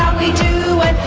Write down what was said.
we do it.